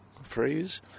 phrase